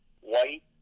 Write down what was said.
white